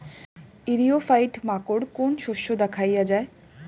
ইরিও ফাইট মাকোর কোন শস্য দেখাইয়া যায়?